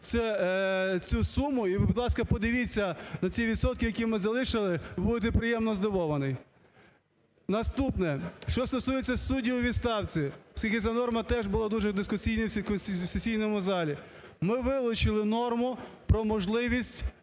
цю суму. І ви, будь ласка, подивіться на ці відсотки, які ми залишили, ви будете приємно здивовані. Наступне, що стосується суддів у відставці, оскільки ця норма теж була дуже дискусійна в конституційному залі. Ми вилучили норму про можливість